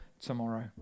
tomorrow